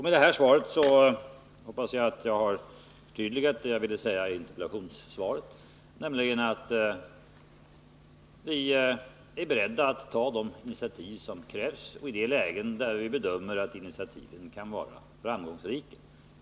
Med detta hoppas jag att jag har förtydligat det jag ville säga i interpellationssvaret, nämligen att vi är beredda att ta de initiativ som krävs i lägen där vi bedömer att initiativen kan vara framgångsrika.